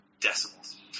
Decimals